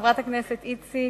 חברת הכנסת איציק,